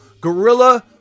guerrilla